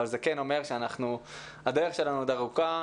אבל זה כן אומר שהדרך שלנו עוד ארוכה.